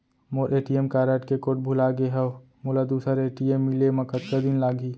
मोर ATM card के code भुला गे हव, मोला दूसर ए.टी.एम मिले म कतका दिन लागही?